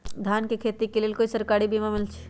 धान के खेती के लेल कोइ सरकारी बीमा मलैछई?